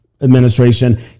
administration